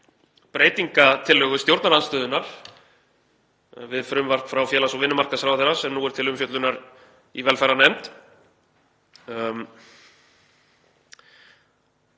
breytingartillögu stjórnarandstöðunnar við frumvarp frá félags- og vinnumarkaðsráðherra sem nú er til umfjöllunar í velferðarnefnd.